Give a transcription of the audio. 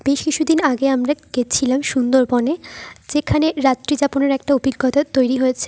বেশ কিছু দিন আগে আমরা গেছিলাম সুন্দরবনে যেখানে রাত্রিযাপনের একটা অভিজ্ঞতা তৈরি হয়েছে